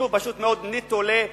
פשוט מאוד נטולי זכויות.